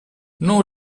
non